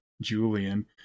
Julian